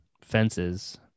fences